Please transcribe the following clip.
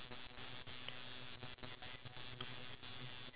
okay so that's in terms of that but